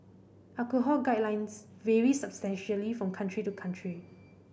alcohol guidelines vary substantially from country to country